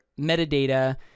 metadata